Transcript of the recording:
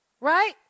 right